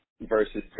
versus